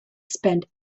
spend